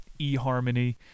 eHarmony